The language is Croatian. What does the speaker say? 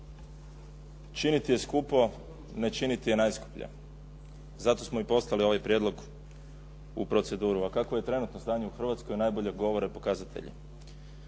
Činiti je skupo, ne činiti je najskuplje. Zato smo i poslali ovaj prijedlog u proceduru. A kakvo je trenutno stanje u Hrvatskoj najbolje govore pokazatelji.